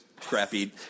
crappy